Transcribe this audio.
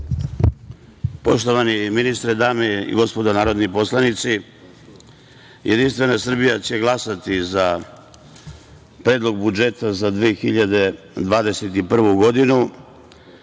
Poštovani ministre, dame i gospodo narodni poslanici, Jedinstvena Srbija će glasati za Predlog budžeta za 2021. godinu